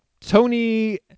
Tony